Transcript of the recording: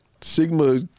Sigma